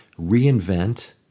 reinvent